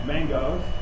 mangoes